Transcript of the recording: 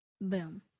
Boom